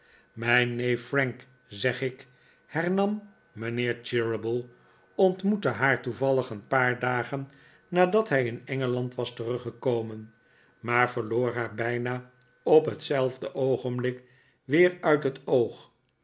mijn neef frank zeg ik hernam mijnheer cheeryble ontmoette haar toevallig een paar dagen nadat hij in engeland was teruggekomen maar verloor haar bijna op hetzelfde oogenblik weer uit het oog